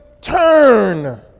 turn